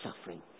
suffering